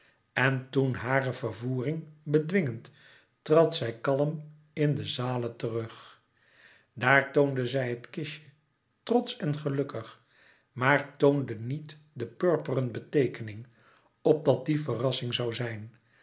en toen hare vervoering bedwingend trad zij kàlm in de zale terug daar toonde zij het kistje trotsch en gelukkig maar toonde niet de purperen beteekening opdat die verrassing zoû zijn